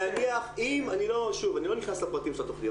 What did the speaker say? אני לא נכנס לפרטים של התכנית.